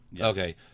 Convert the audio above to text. Okay